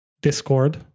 Discord